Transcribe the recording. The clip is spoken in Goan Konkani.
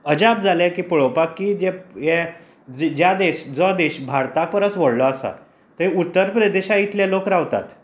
अजाप जाले की पळोवपाक की ज्या देश जो देश भारता परस व्हडलो आसा थंय उत्तर प्रदेशा इतले लोक रावतात